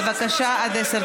לא, אני לא אירגע.